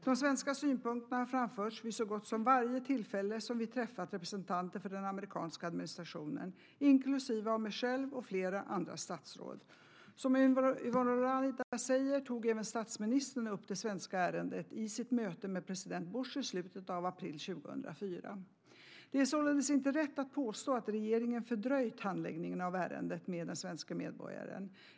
De svenska synpunkterna har framförts vid så gott som varje tillfälle som vi träffat representanter för den amerikanska administrationen, inklusive av mig själv och flera andra statsråd. Som Yvonne Ruwaida säger tog även statsministern upp det svenska ärendet i sitt möte med president Bush i slutet av april 2004. Det är således inte rätt att påstå att regeringen fördröjt handläggningen av ärendet med den svenske medborgaren.